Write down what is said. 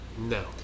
No